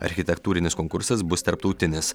architektūrinis konkursas bus tarptautinis